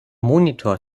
monitor